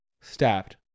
stabbed